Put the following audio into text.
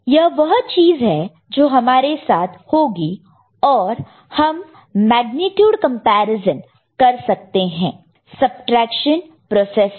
यह वह चीज है जो हमारे साथ होगीऔर हम मेग्नीट्यूड कॅम्पैरिसॅन कर सकते है सबट्रैक्शन प्रोसेस से